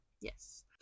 Yes